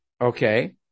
Okay